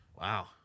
Wow